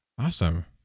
Awesome